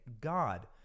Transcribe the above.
God